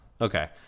Okay